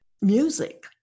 music